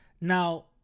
Now